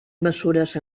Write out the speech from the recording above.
mesures